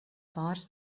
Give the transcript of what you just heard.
pāris